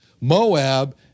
Moab